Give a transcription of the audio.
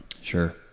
Sure